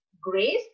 grace